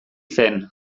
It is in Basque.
zen